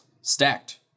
stacked